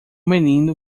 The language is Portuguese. menino